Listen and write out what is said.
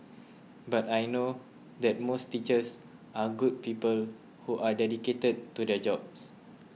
but I know that most teachers are good people who are dedicated to their jobs